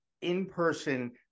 in-person